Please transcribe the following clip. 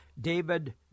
David